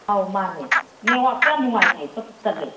ꯑꯥꯎ ꯃꯥꯅꯦ ꯅꯦꯠꯋꯥꯛꯁꯦ ꯌꯥꯝ ꯅꯨꯡꯉꯥꯏꯇꯦ ꯄꯠ ꯄꯠ ꯇꯠꯂꯦ